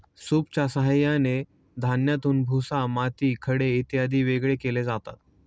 सूपच्या साहाय्याने धान्यातून भुसा, माती, खडे इत्यादी वेगळे केले जातात